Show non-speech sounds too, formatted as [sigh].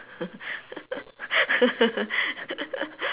[laughs]